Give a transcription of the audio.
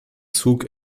zug